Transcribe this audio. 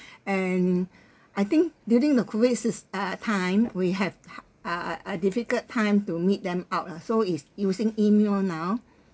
and I think during the COVID ~sis uh time we have hard uh a difficult time to meet them out lah so is using E mail now